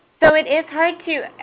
so it is hard to